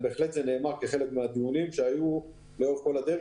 זה נאמר בדיונים שהיו לאורך כל הדרך,